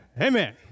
Amen